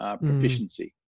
proficiency